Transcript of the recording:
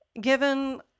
given